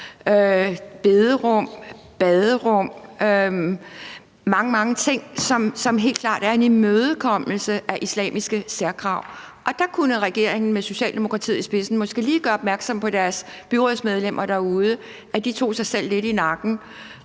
bederum, baderum og mange, mange ting, som helt klart er en imødekommelse af islamiske særkrav. Der kunne regeringen med Socialdemokratiet i spidsen måske lige gøre deres byrådsmedlemmer derude opmærksom på, at de tog sig selv lidt i nakken